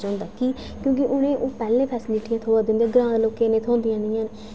कि क्योंकि उनें ओह् पैह्लें फैसलिटियां थ्होआ दियां होंदियां ग्रांऽ दे लोकें गी थ्होंदियां निं न